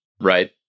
right